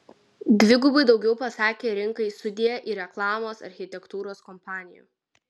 dvigubai daugiau pasakė rinkai sudie ir reklamos architektūros kompanijų